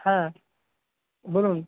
হ্যাঁ বলুন